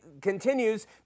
continues